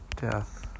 death